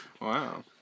Wow